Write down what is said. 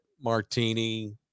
martini